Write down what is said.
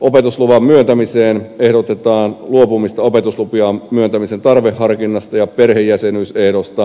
opetusluvan myöntämiseen ehdotetaan luopumista opetuslupien myöntämisen tarveharkinnasta ja perhejäsenyysehdosta